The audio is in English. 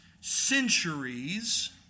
centuries